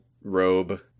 robe